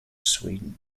sweden